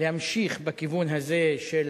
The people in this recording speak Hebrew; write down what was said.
להמשיך בכיוון הזה של